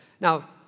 Now